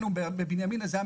זיהינו